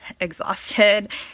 exhausted